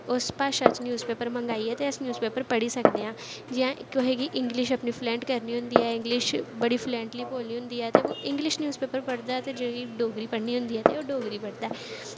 उस भाशा च न्यूज़ पेपर मंगाइयै ते अस न्यूज़ पेपर पढ़ी सकदे आं जि'यां कुसै गी इंग्लिश अपनी फ्लुएंट करनी होंदी ऐ इंग्लिश बड़ी फ्लुएंटली बोलनी होऐ ते इंग्लिश न्यूज़ पेपर पढ़दा ऐ ते जि'नें गी डोगरी पढ़नी होंदी ऐ ते ओह् डोगरी पढ़दा ऐ